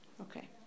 Okay